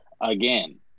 again